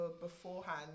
beforehand